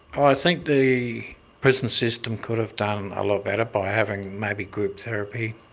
i think the prison system could have done a lot better by having maybe group therapy.